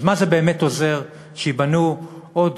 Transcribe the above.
אז מה זה באמת עוזר שייבנו בתל-אביב עוד